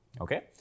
Okay